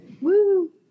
Woo